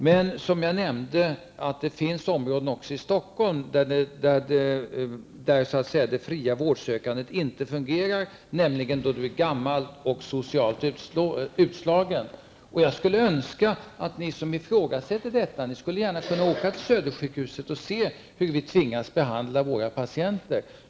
Det finns också områden i Stockholm där det fria vårdsökandet inte fungerar, nämligen då man är gammal och socialt utslagen. Jag önskar att ni som ifrågasätter detta kom till Södersjukhuset för att se hur vi tvingas behandla våra patienter.